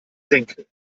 senkel